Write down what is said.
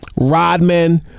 Rodman